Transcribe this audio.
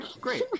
great